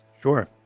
Sure